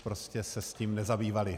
Prostě se s tím nezabývali.